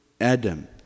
Adam